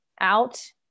out